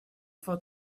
for